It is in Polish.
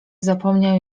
zapomniał